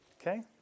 Okay